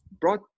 brought